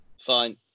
Fine